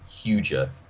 huger